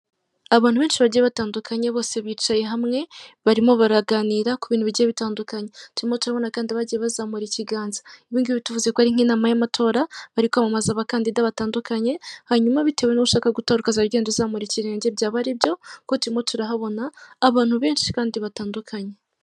Abantu benshi bagiye batandukanye bose bicaye hamwe, barimo baraganira ku bintu bigiye bitandukanye, turimo turabona kandi abagiye bazamura ikiganza, ibi bituvuze ko nk'inama y'amatora bari kwamaza abakandida batandukanye, hanyuma bitewe n'ushaka gutoroka akazajya ugenda uzamura ikirenge, byaba ari byo, kuko turimo turahabona abantu benshi kandi batandukanye.